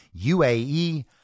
UAE